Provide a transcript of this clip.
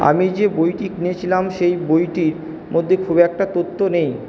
আমি যে বইটি কিনেছিলাম সেই বইটির মধ্যে খুব একটা তথ্য নেই